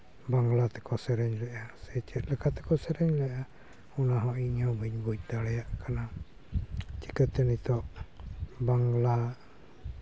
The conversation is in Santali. ᱵᱟᱝᱞᱟ ᱛᱮᱠᱚ ᱥᱮᱨᱮᱧ ᱞᱮᱫᱟ ᱥᱮ ᱪᱮᱫ ᱞᱮᱠᱟ ᱛᱮᱠᱚ ᱥᱮᱨᱮᱧ ᱞᱮᱫᱼᱟ ᱚᱱᱟᱦᱚᱸ ᱤᱧᱦᱚᱸ ᱵᱟᱹᱧ ᱵᱩᱡᱽ ᱫᱟᱲᱮᱭᱟᱜ ᱠᱟᱱᱟ ᱪᱤᱠᱟᱹᱛᱮ ᱱᱤᱛᱚᱜ ᱵᱟᱝᱞᱟ